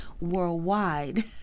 worldwide